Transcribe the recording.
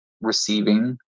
receiving